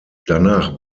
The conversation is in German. danach